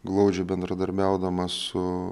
glaudžiai bendradarbiaudama su